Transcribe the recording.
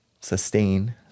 sustain